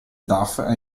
daf